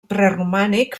preromànic